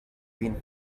been